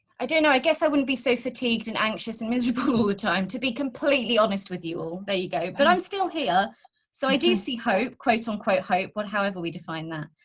i don't know, i guess i wouldn't be so fatigued and anxious and miserable all the time. to be completely honest with you all there you go, but i'm still here so i do see hope quote unquote hope. but however, we define that